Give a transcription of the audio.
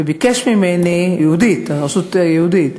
רשות יהודית.